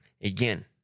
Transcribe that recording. again